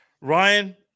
Ryan